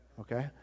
okay